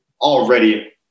already